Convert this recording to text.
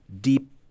deep